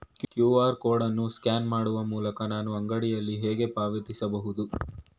QR code ಅನ್ನು scan ಮಾಡುವ ಮೂಲಕ ನಾನು ಅಂಗಡಿಯಲ್ಲಿ ಹೇಗೆ ಪಾವತಿಸಬಹುದು?